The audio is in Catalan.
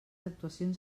actuacions